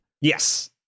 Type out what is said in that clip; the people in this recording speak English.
Yes